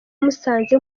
musanze